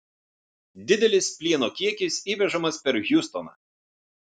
didelis plieno kiekis įvežamas per hjustoną